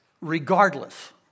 Regardless